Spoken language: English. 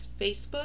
Facebook